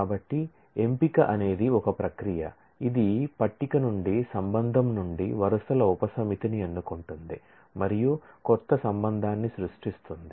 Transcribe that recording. కాబట్టి సెలక్షన్ అనేది ఒక ప్రక్రియ ఇది టేబుల్ నుండి రిలేషన్ నుండి వరుసల ఉపసమితిని ఎన్నుకుంటుంది మరియు క్రొత్త రిలేషన్న్ని సృష్టిస్తుంది